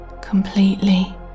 completely